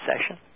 session